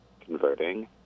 converting